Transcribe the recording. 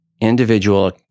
individual